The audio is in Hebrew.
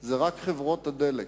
הם רק חברות הדלק,